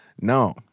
No